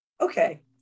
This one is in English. Okay